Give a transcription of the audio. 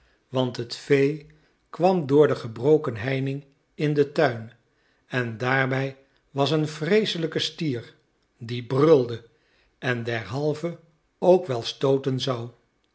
want het vee kwam door de gebroken heining in den tuin en daarbij was een vreeselijke stier die brulde en derhalve ook wel stooten zou